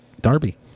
Darby